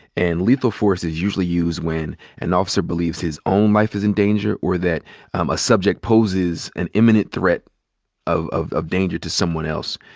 and lethal force is usually used when an officer believes his own life is in danger or that a subject poses an imminent threat of of danger to someone else.